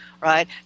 right